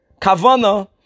Kavana